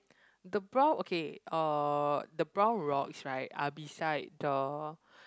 the brown okay uh the brown rocks right are beside the